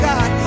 God